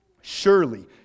Surely